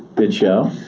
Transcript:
good show?